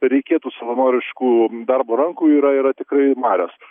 reikėtų savanoriškų darbo rankų yra yra tikrai marios